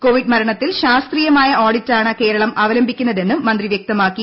Covid മരണത്തിൽ ശാസ്ത്രീയമായ ഓഡിറ്റാണ് കേരളം അവലംബിക്കുന്നത് എന്നും മന്ത്രി വൃക്തമാക്കി